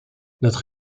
notre